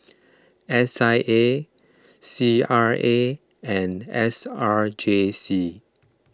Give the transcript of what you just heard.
S I A C R A and S R J C